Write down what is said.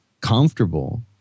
comfortable